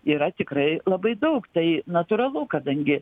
yra tikrai labai daug tai natūralu kadangi